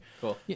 Cool